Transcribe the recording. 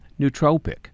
nootropic